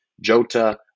Jota